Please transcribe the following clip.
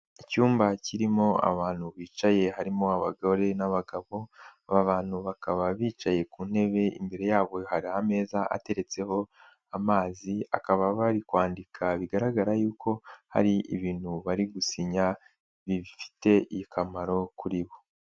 Icyumba kirimo abantu bicaye harimo abagore n'abagabo, aba bantu bakaba bicaye ku ntebe, imbere yabo hari ameza ateretseho amazi, bakaba bari kwandika, bigaragara yuko hari ibintu bari gusinya, bifite akamaro kuri bo.